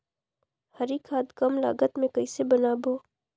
हरी खाद कम लागत मे कइसे बनाबो?